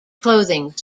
clothing